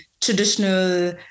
traditional